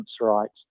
rights